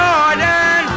Jordan